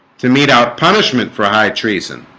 to mete out punishment for high treason,